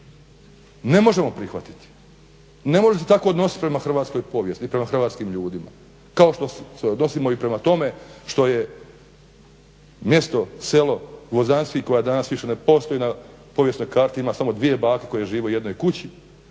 ne možemo prihvatiti. Ne možete se tako odnosit prema hrvatskoj povijesti i prema hrvatskim ljudima, kao što se odnosimo i prema tome što je mjesto, selo Gvozdanjski koje danas više ne postoji na povijesnoj karti, ima samo dvije bake koje žive u jednoj kući,